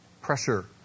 pressure